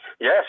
Yes